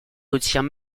retient